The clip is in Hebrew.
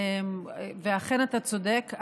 אכן, אתה צודק.